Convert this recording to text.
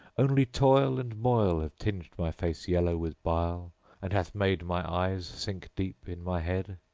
only toil and moil have tinged my face yellow with bile and hath made my eyes sink deep in my head.